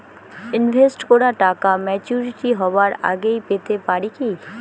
Invest করা টাকা maturity হবার আগেই পেতে পারি কি?